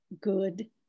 good